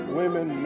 women